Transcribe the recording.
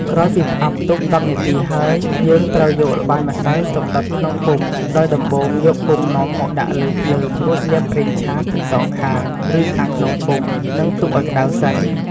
ក្រោយពីផ្អាប់ទុក ១០នាទីហើយ យើងត្រូវយកល្បាយម្សៅទៅដុតក្នុងពុម្ព ដោយដំបូងយកពុម្ពនំ មកដាក់លើភ្លើង រួចលាប ប្រេងឆា ទាំងសងខាង ឬខាងក្នុងពុម្ព និងទុកឱ្យក្ដៅសិន។